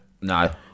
No